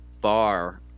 bar